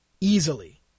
easily